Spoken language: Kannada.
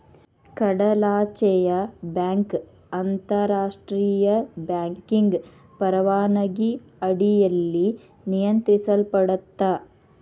ಕಡಲಾಚೆಯ ಬ್ಯಾಂಕ್ ಅಂತಾರಾಷ್ಟ್ರಿಯ ಬ್ಯಾಂಕಿಂಗ್ ಪರವಾನಗಿ ಅಡಿಯಲ್ಲಿ ನಿಯಂತ್ರಿಸಲ್ಪಡತ್ತಾ